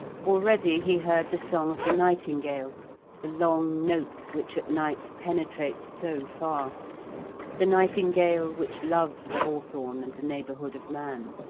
already he heard the song of the nightingale the long note which at night penetrates so far the nightingale, which loves the hawthorn and the neighbourhood of man.